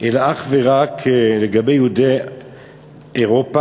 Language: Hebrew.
אלא אך ורק לגבי יהודי אירופה.